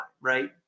right